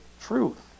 truth